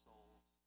Souls